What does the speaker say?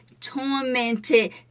tormented